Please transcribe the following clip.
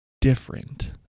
different